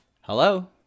Hello